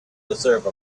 deserve